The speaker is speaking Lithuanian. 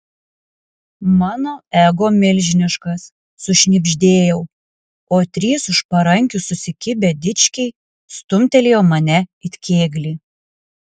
mano ego milžiniškas sušnibždėjau o trys už parankių susikibę dičkiai stumtelėjo mane it kėglį